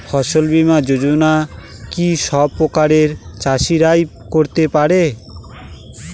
ফসল বীমা যোজনা কি সব প্রকারের চাষীরাই করতে পরে?